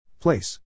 Place